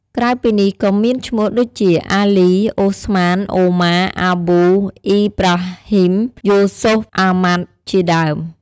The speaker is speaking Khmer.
ក្រៅពីនេះ ក៏មានឈ្មោះដូចជា អាលី , អូស្មាន , អ៊ូម៉ារ , អាប៊ូ , អ៊ីប្រាហ៊ីម , យូស៊ុហ្វ , អាហ្មាត់ ជាដើម។